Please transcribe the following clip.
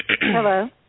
Hello